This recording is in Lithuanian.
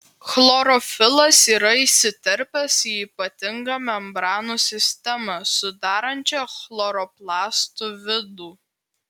chlorofilas yra įsiterpęs į ypatingą membranų sistemą sudarančią chloroplastų vidų